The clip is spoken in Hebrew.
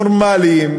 נורמליים,